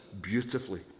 beautifully